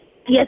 yes